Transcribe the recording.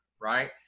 right